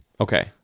Okay